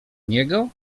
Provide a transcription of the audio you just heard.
niego